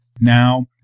Now